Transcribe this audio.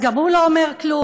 אז גם הוא לא אומר כלום.